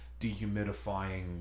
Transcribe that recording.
dehumidifying